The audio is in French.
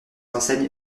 enseignes